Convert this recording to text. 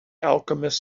alchemist